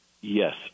Yes